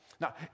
Now